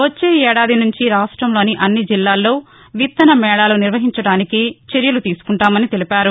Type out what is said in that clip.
వచ్చే ఏడాది నుంచి రాష్టంలోని అన్ని జిల్లాల్లో విత్తనమేళాలు నిర్వహించడానికి చర్యలు తీసుకుంటామని తెలిపారు